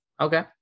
Okay